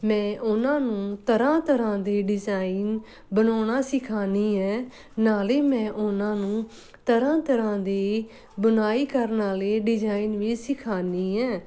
ਮੈਂ ਉਹਨਾਂ ਨੂੰ ਤਰ੍ਹਾਂ ਤਰ੍ਹਾਂ ਦੇ ਡਿਜ਼ਾਇਨ ਬਣਾਉਣਾ ਸਿਖਾਉਂਦੀ ਹੈ ਨਾਲ ਮੈਂ ਉਹਨਾਂ ਨੂੰ ਤਰ੍ਹਾਂ ਤਰ੍ਹਾਂ ਦੀ ਬੁਣਾਈ ਕਰਨ ਵਾਲੇ ਡਿਜ਼ਾਇਨ ਵੀ ਸਿਖਾਉਂਦੀ ਹੈ